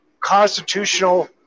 constitutional